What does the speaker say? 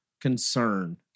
concern